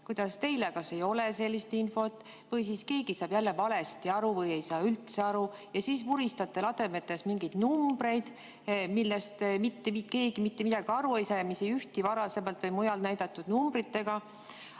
kuidas teil kas ei ole sellist infot või keegi saab jälle valesti aru või ei saa üldse aru. Ja siis vuristate lademetes mingeid numbreid, millest mitte keegi mitte midagi aru ei saa ja mis ei ühti varasemalt või mujal näidatud numbritega.